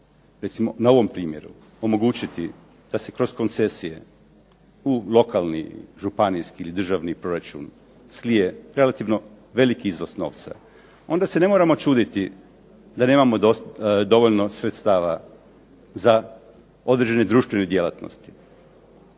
recimo na ovom primjeru omogućiti da se kroz koncesije u lokalni, županijski ili državni proračun slije relativno veliki iznos novca onda se ne moramo čuditi da nemamo dovoljno sredstava za određene društvene djelatnosti.